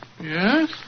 Yes